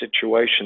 situation